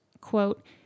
quote